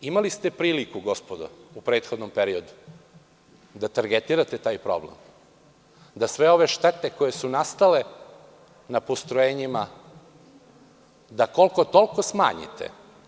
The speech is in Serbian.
Imali ste priliku, gospodo, u prethodnom periodu da targetirate taj problem, da sve ove štete koje su nastale na postrojenjima da koliko-toliko smanjite.